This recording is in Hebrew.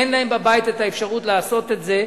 אין להם בבית אפשרות לעשות את זה.